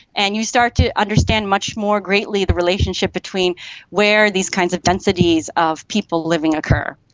and you start to understand much more greatly the relationship between where these kinds of densities of people living occur.